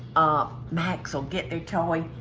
um max will get their toy.